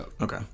Okay